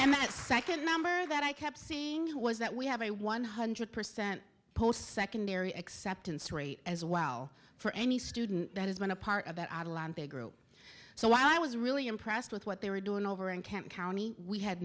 that second number that i kept saying was that we have a one hundred percent post secondary acceptance rate as well for any student that has been a part of that adeline big group so i was really impressed with what they were doing over in camp county we had